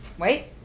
wait